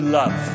love